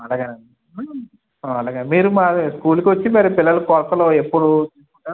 అలాగే అండి అలాగే మీరు మా స్కూల్కి వచ్చి మరి పిల్లలకి కొలతలు ఎప్పుడు తీసుకుంటారు